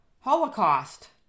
Holocaust